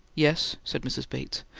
yes, said mrs. bates,